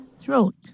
throat